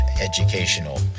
educational